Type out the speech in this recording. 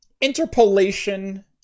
interpolation